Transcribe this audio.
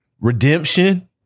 redemption